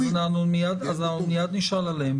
אז אנחנו מייד נשאל עליהם.